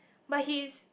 but he is